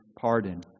pardon